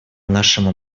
нашему